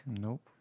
Nope